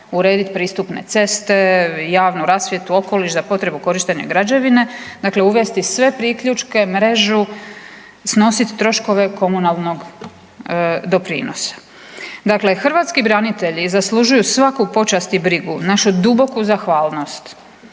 urediti pristupne ceste, javnu rasvjetu, okoliš za potrebu korištenja građevine. Dakle, uvesti sve priključke, mrežu, snositi troškove komunalnog doprinosa. Dakle hrvatski branitelji zaslužuju svaku počast i brigu, našu duboku zahvalnost.